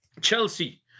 Chelsea